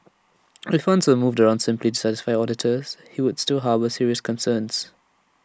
if funds were moved around simply to satisfy auditors he would still harbour serious concerns